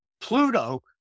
Pluto